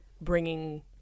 bringing